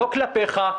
לא כלפיך,